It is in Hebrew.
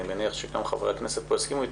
ואני מניח שגם חברי הכנסת פה יסכימו איתי,